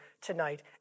tonight